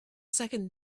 second